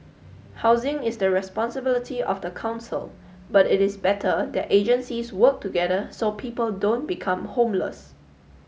housing is the responsibility of the council but it is better that agencies work together so people don't become homeless